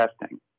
testing